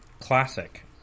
classic